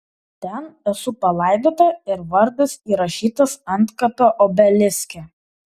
ten esu palaidota ir vardas įrašytas antkapio obeliske